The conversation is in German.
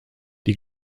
die